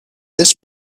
this